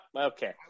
okay